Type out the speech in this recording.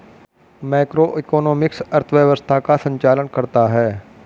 macroeconomics अर्थव्यवस्था का संचालन करता है